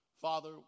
father